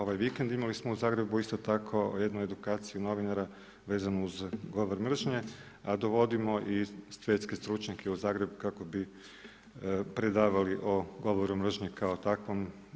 Ovaj vikend imali smo u Zagrebu isto tako jednu edukaciju novinara vezano uz govor mržnje, a dovodimo i svjetske stručnjake kako bi predavali o govoru mržnje kao takvom.